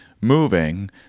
moving